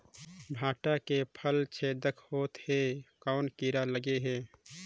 भांटा के फल छेदा होत हे कौन कीरा लगे हे?